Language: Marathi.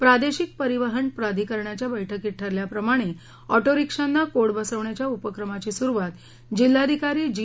प्रादेशिक परिवहन प्राधिकरणाच्या बैठकीत ठरल्याप्रमाणे ऑटोरिक्षाना कोड बसविण्याच्या उपक्रमाची सुरुवात जिल्हाधिकारी जी